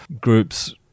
groups